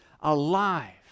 alive